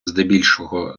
здебільшого